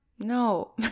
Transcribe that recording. No